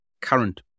current